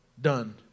Done